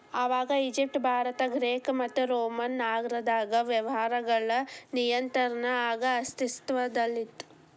ಆವಾಗ Egypt Bharat Greek ಮತ್ತು Roman ನಾಗರದಾಗ ವ್ಯವಹಾರಗಳ ನಿಯಂತ್ರಣ ಆಗ ಅಸ್ತಿತ್ವದಲ್ಲಿತ್ತ